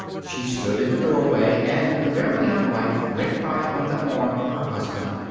she stood in the doorway and the very young wife went by on the arm of her husband.